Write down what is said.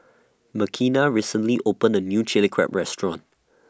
Makenna recently opened A New Chilli Crab Restaurant